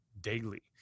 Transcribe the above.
daily